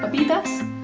but eat us.